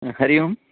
ह हरिः ओम्